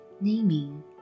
naming